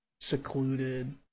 secluded